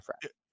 friend